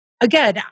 Again